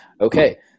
okay